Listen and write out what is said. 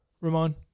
Ramon